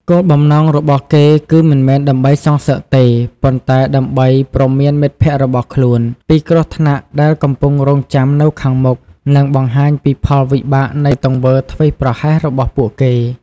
គោលបំណងរបស់គេគឺមិនមែនដើម្បីសងសឹកទេ ប៉ុន្តែដើម្បី ព្រមានមិត្តភ័ក្តិរបស់ខ្លួន ពីគ្រោះថ្នាក់ដែលកំពុងរង់ចាំនៅខាងមុខ និងបង្ហាញពីផលវិបាកនៃទង្វើធ្វេសប្រហែសរបស់ពួកគេ។